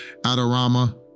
Adorama